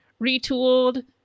retooled